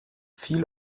viel